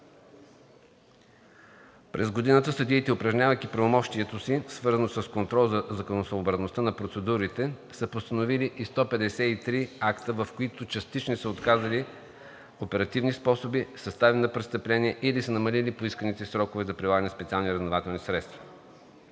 През годината съдиите, упражнявайки правомощието си, свързано с контрол за законосъобразността на процедурите, са постановили и 153 акта, в които частично са отказали оперативни способи, състави на престъпления или са намалили поискани срокове за прилагане на СРС. Резултати от